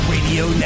Radio